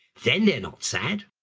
then they're not sad,